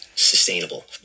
sustainable